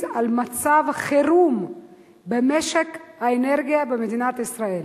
על מצב חירום במשק האנרגיה במדינת ישראל.